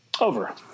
Over